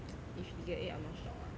if he get A I'm not shocked ah